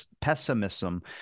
pessimism